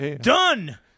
Done